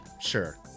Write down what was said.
Sure